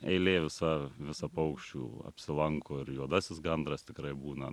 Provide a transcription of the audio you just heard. eilė visa visa paukščių apsilanko ir juodasis gandras tikrai būna